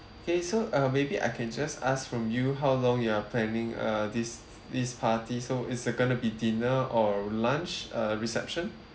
okay so uh maybe I can just ask from you how long you are planning uh this this party so it's uh going to be dinner or lunch uh reception